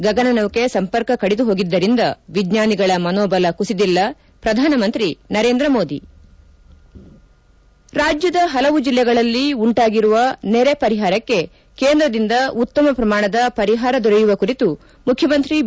ಗಗನನೌಕೆ ಸಂಪರ್ಕ ಕಡಿದು ಹೋಗಿದ್ದರಿಂದ ವಿಜ್ವಾನಿಗಳ ಮನೋಬಲ ಕುಸಿದಿಲ್ಲ ಪ್ರಧಾನಿ ನರೇಂದ್ರ ಮೋದಿ ರಾಜ್ಞದ ಹಲವು ಜಿಲ್ಲೆಗಳಲ್ಲಿ ಉಂಟಾಗಿರುವ ನೆರೆ ಪರಿಹಾರಕ್ಷೆ ಕೇಂದ್ರದಿಂದ ಉತ್ತಮ ಪ್ರಮಾಣದ ಪರಿಹಾರ ದೊರೆಯುವ ಕುರಿತು ಮುಖ್ಯಮಂತ್ರಿ ಬಿ